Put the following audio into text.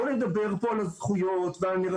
בוא נדבר פה על הזכויות ועל הנרטיבים השונים.